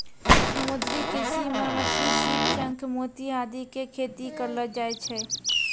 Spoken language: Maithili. समुद्री कृषि मॅ मछली, सीप, शंख, मोती आदि के खेती करलो जाय छै